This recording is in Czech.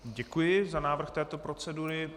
Děkuji za návrh této procedury.